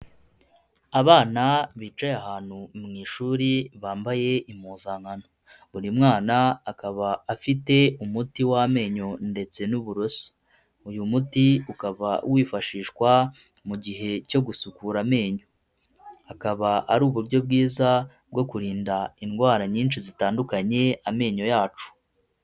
Abana bicaye ahantu mu ishuri bambaye impuzankano, buri mwana akaba afite umuti w'amenyo ndetse n'uburoso, uyu muti ukaba wifashishwa mu gihe cyo gusukura amenyo, akaba ari uburyo bwiza bwo kurinda indwara nyinshi zitandukanye amenyo yacu.